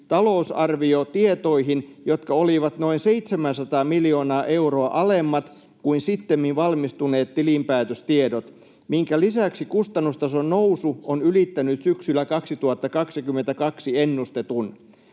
talousarviotietoihin, jotka olivat noin 700 miljoonaa euroa alemmat kuin sittemmin valmistuneet tilinpäätöstiedot, minkä lisäksi kustannustason nousu on ylittänyt syksyllä 2022 ennustetun.